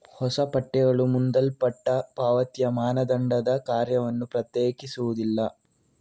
ಹೊಸ ಪಠ್ಯಗಳು ಮುಂದೂಡಲ್ಪಟ್ಟ ಪಾವತಿಯ ಮಾನದಂಡದ ಕಾರ್ಯವನ್ನು ಪ್ರತ್ಯೇಕಿಸುವುದಿಲ್ಲ